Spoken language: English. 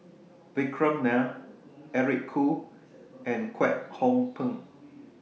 Vikram Nair Eric Khoo and Kwek Hong Png